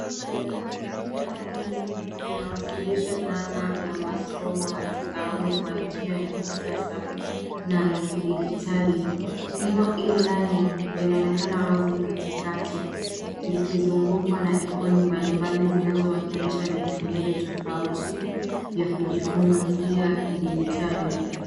Eneo hili linawakilisha dhana ya masomo ya mtandaoni kwa njia ya kisasa na ya kidijitali. Neno e- learning linaonekana wazi katikati likizungukwa na ikoni mbali mbali zinazo wakilisha vipengele tofauti vya kujifunzia kidijitali.